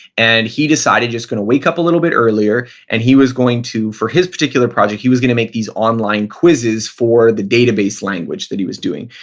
and he decided, i'm just going to wake up a little bit earlier, and he was going to for his particular project he was going to make these online quizzes for the database language that he was doing.